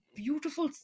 beautiful